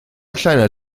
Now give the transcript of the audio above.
kleiner